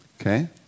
okay